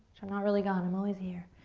i'm not really gone, i'm always here.